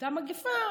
אותה מגפה,